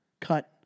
cut